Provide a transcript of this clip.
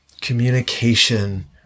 communication